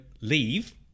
leave